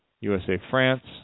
USA-France